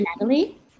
Natalie